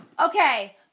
Okay